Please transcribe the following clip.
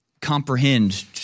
comprehend